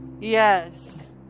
Yes